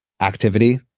activity